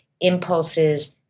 impulses